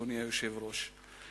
אדוני היושב-ראש.